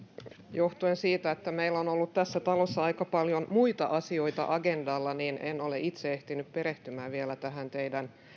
johtuen siitä että meillä on on ollut tässä talossa aika paljon muita asioita agendalla en ole itse ehtinyt perehtymään vielä tähän teidän